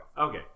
Okay